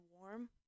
warm